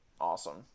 awesome